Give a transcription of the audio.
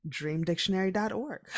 dreamdictionary.org